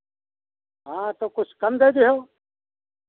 हाँ तो कुछ कम दे दिहओ